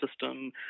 system